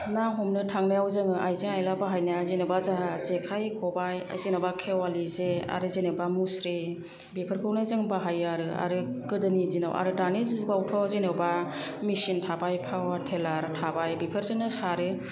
ना हमनो थांनायाव जों आइजें आइला बाहायनाया जेनबा जोंहा जेखाइ खबाइ जेन'बा खेवालि जे आरो जेन'बा मुस्रि बेफोरखौनो जों बाहायो आरो गोदोनि दिनाव आरो दानि जुगावथ' जेन'बा मिसिन थाबाय पावार टिलार थाबाय बेफोरजोंनो सारो